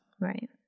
right